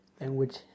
Language